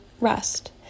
rest